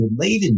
relatedness